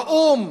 האו"ם,